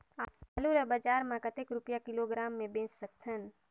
आलू ला बजार मां कतेक रुपिया किलोग्राम म बेच सकथन?